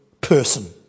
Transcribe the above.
person